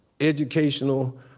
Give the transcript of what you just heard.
educational